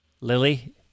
Lily